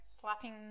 slapping